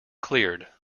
cleared